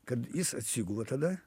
kad jis atsigula tada